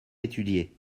étudié